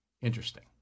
Interesting